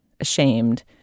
ashamed